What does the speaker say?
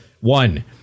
One